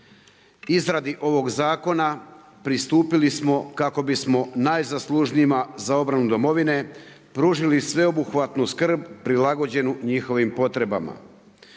Izradi ovog zakona pristupili smo kako bismo najzaslužnijima za obranu domovine pružili sveobuhvatnu skrb prilagođenu njihovim potrebama.